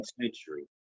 century